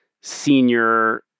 senior